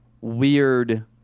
weird